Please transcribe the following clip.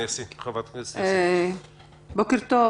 בוקר טוב.